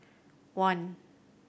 one